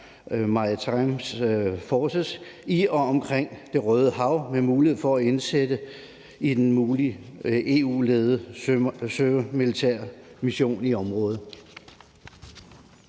Maritime Forces i og omkring Det Røde Hav med mulighed for at indsætte en mulig EU-ledet sømilitær mission i området,